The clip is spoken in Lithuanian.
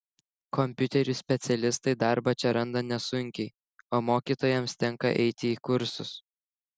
kompiuterių specialistai darbą čia randa nesunkiai o mokytojoms tenka eiti į kursus